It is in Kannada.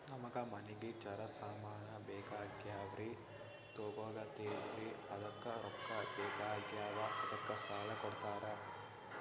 ನಮಗ ಮನಿಗಿ ಜರ ಸಾಮಾನ ಬೇಕಾಗ್ಯಾವ್ರೀ ತೊಗೊಲತ್ತೀವ್ರಿ ಅದಕ್ಕ ರೊಕ್ಕ ಬೆಕಾಗ್ಯಾವ ಅದಕ್ಕ ಸಾಲ ಕೊಡ್ತಾರ?